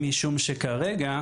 משום שכרגע